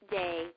day